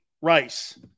Rice